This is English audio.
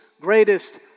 greatest